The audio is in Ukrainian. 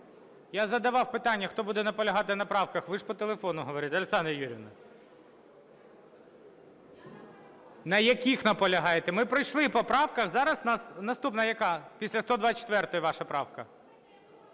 Я задавав питання, хто буде наполягати на правках. Ви ж по телефону говорили, Олександра Юріївна. На яких наполягаєте? Ми пройшли по правках. Зараз у нас наступна яка? Після 124-ї ваша правка.